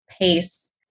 pace